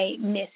miss